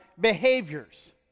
behaviors